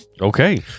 Okay